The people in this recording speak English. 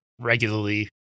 regularly